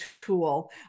tool